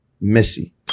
Missy